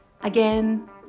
again